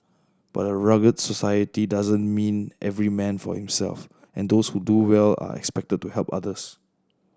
but a rugged society doesn't mean every man for himself and those who do well are expected to help others